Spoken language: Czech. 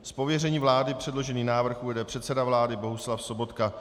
Z pověření vlády předložený návrh uvede předseda vlády Bohuslav Sobotka.